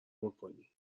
بکنی